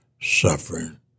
suffering